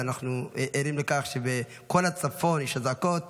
ואנחנו ערים לכך שבכל הצפון יש אזעקות